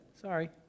sorry